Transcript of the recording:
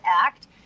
act